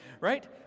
right